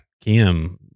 Kim